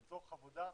לצורך עבודה,